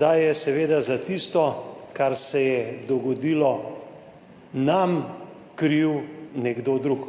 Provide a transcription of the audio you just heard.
da je seveda za tisto, kar se je dogodilo nam, kriv nekdo drug.